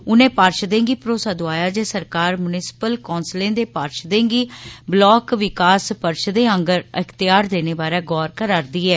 उनें पार्षदें गी भरोसा दोआया जे सरकार मुनसिपल कौंसलें दे पार्षदें गी ब्लाक विकास परिषदें आंगर एख्तेयार देने बारे गौर करै करदी ऐ